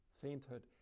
Sainthood